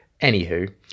anywho